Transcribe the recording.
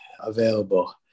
available